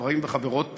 לחברים וחברות פה,